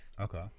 Okay